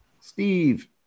Steve